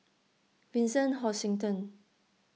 Vincent Hoisington